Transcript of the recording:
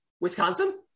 Wisconsin